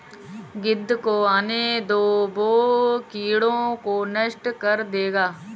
गिद्ध को आने दो, वो कीड़ों को नष्ट कर देगा